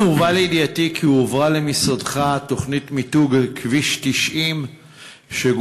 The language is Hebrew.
הובא לידיעתי כי הועברה למשרדך תוכנית למיתוג כביש 90 שגובשה